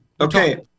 Okay